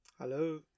Hello